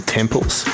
Temples